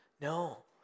No